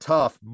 tough